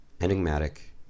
enigmatic